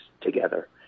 together